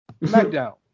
Smackdown